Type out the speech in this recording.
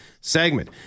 segment